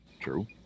True